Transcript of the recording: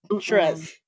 Trust